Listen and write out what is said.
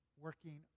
working